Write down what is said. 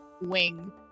wing